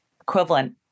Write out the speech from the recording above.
equivalent